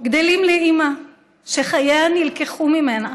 גדלים לאימא שחייה נלקחו ממנה,